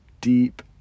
deep